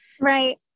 right